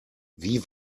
wie